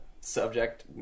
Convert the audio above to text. subject